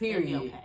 Period